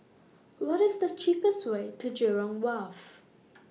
What IS The cheapest Way to Jurong Wharf